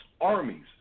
Armies